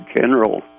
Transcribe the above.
general